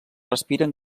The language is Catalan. respiren